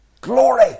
glory